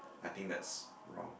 I think that's wrong